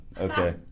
Okay